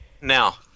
now